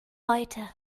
heute